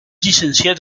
llicenciat